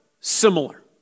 similar